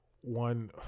one